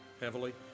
heavily